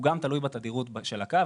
הוא תלוי בתדירות של הקו,